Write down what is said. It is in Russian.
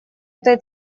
этой